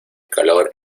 calor